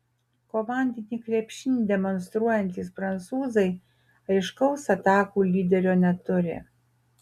komandinį krepšinį demonstruojantys prancūzai aiškaus atakų lyderio neturi